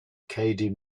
cady